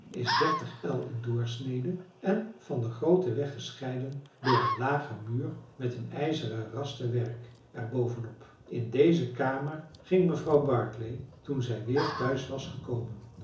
is dertig el in doorsnede en van den grooten weg gescheiden door een lagen muur met een ijzeren rasterwerk er boven op in deze kamer ging mevrouw barclay toen zij weer thuis was gekomen